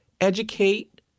educate